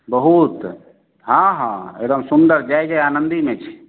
बहुत हँ हँ एकदम सुन्दर जय जय आनन्दीमे छी